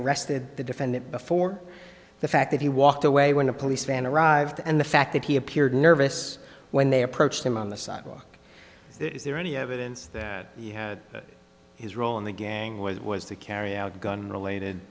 arrested the defendant before the fact that he walked away when a police van arrived and the fact that he appeared nervous when they approached him on the sidewalk is there any evidence that his role in the gang was was to carry out gun related